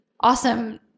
awesome